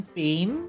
pain